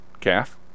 calf